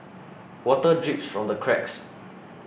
water drips from the cracks